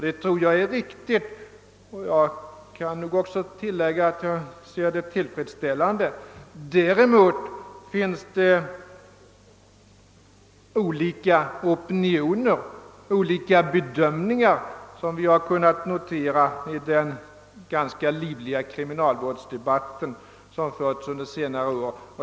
Det tror jag är riktigt, och jag kan också tillägga att jag anser det tillfredsställande. Däremot finns det olika opinioner, olika bedömningar, som vi har kunnat notera i den ganska livliga kriminalvårdsdebatt som har förts under senare år.